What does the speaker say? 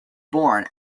born